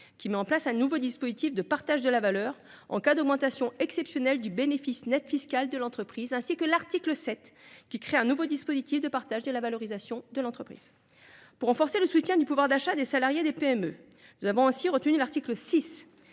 qui met en place un nouveau dispositif de partage de la valeur en cas d’augmentation exceptionnelle du bénéfice net fiscal de l’entreprise, ainsi que l’article 7 qui crée un nouveau dispositif de partage de la valorisation de l’entreprise. Pour renforcer le soutien du pouvoir d’achat des salariés des PME, nous avons aussi retenu l’article 6,